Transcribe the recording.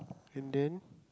and then